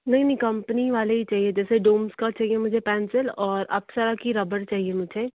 नहीं नहीं कंपनी वाले ही चाहिए जैसे डूम्स का चाहिए मुझे पैंसिल और अपसरा की रब्बर चाहिए मुझे